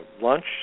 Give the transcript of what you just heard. lunch